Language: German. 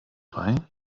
bei